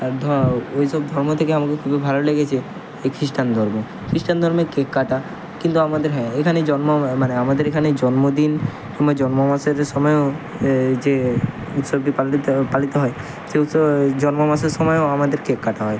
আর ধ ওই সব ধর্ম থেকে আমাকে খুবই ভালো লেগেছে এ খিস্টান ধর্ম খিস্টান ধর্মে কেক কাটা কিন্তু আমাদের হ্যাঁ এখানে জন্ম মানে আমাদের এখানে জন্মদিন কিংবা জন্ম মাসের সময়েও যে উৎসবটি পালিত পালিত হয় সে উৎসব জন্ম মাসের সময়ও আমাদের কেক কাটা হয়